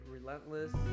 Relentless